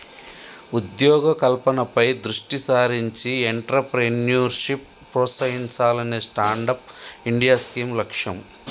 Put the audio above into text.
ఉద్యోగ కల్పనపై దృష్టి సారించి ఎంట్రప్రెన్యూర్షిప్ ప్రోత్సహించాలనే స్టాండప్ ఇండియా స్కీమ్ లక్ష్యం